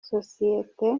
sosiyete